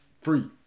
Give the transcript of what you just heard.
free